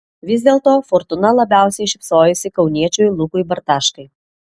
vis dėlto fortūna labiausiai šypsojosi kauniečiui lukui bartaškai